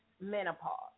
menopause